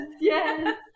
yes